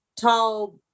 tall